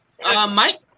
Mike